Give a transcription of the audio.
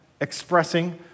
expressing